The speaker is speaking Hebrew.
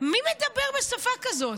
מי מדבר בשפה כזאת?